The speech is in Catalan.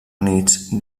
units